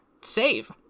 save